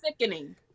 sickening